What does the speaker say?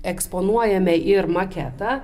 eksponuojame ir maketą